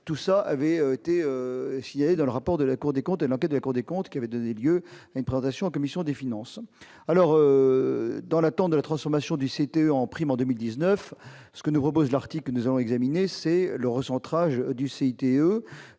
tout ça avait était signé dans le rapport de la Cour des comptes de la paix de la Cour des comptes qui avait donné lieu à une progression en commission des finances, alors dans l'attente de la transformation du CTE en prime en 2019, ce que nous repose l'article nous avons examiner, c'est le recentrage du CDE,